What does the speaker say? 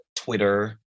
Twitter